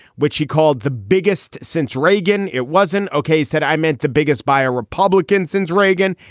which he called the biggest since reagan. it wasn't okay. said i meant the biggest by a republican since reagan.